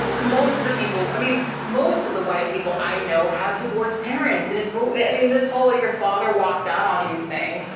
most of the people, i mean most of the white people i know have divorced parents and it's, i mean, this whole, your father walked out on you thing.